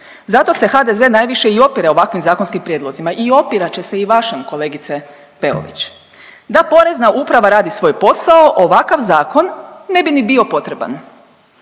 zato se HDZ najviše i opire ovakvim zakonskim prijedlozima. I opirat će se i vašem kolegice Peović. Da Porezna uprava radi svoj posao ovakav zakon ne bi ni bio potreban.